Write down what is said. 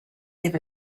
give